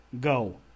go